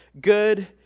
Good